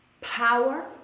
power